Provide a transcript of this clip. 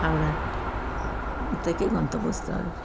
হাওড়া থেকে গন্তব্যস্থল